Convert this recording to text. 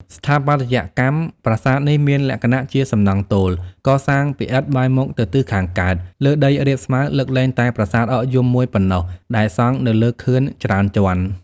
ស្ថាបត្យកម្មរ ប្រាសាទនេះមានលក្ខណៈជាសំណង់ទោល កសាងពីឥដ្ឋ បែរមុខទៅទិសខាងកើត លើដីរាបស្មើលើកលែងតែប្រាសាទអកយំមួយប៉ុណ្ណោះ ដែលសង់នៅលើខឿនច្រើនជាន់។